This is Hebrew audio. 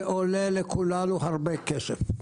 זה עולה לכולנו הרבה כסף.